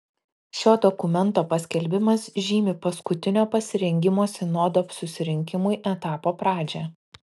šio dokumento paskelbimas žymi paskutinio pasirengimo sinodo susirinkimui etapo pradžią